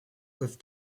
with